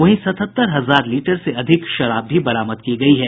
वहीं सतहत्तर हजार लीटर से अधिक शराब भी बरामद की गयी है